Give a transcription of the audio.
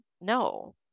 No